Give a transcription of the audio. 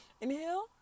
inhale